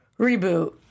reboot